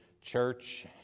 church